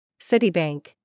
Citibank